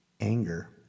anger